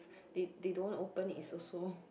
they they don't open it is also